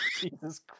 Jesus